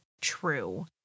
true